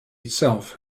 itself